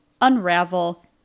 Unravel